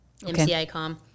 MCICOM